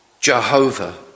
Jehovah